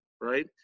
right